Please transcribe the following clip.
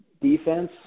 defense